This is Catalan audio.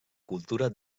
cultura